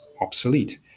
obsolete